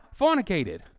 fornicated